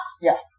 Yes